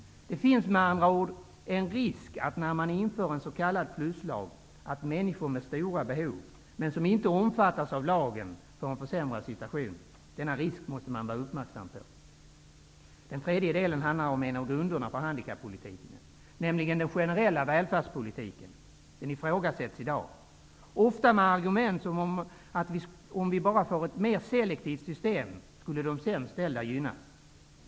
Det finns med andra ord en risk, när man inför en s.k. pluslag, att människor med stora behov men som inte omfattas av lagen får en försämrad situation. Denna risk måste man vara uppmärksam på. Den tredje delen handlar om en av grunderna för handikappolitiken, nämligen den generella välfärdspolitiken. Den ifrågasätts i dag, ofta med argument som att om vi får ett mera selektivt system skulle de sämst ställda gynnas.